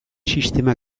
sistema